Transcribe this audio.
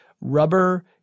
rubber